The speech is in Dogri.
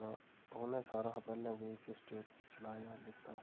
उ'नें सारा हा पैह्लें इस स्टेट गी चलाया लेता